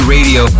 Radio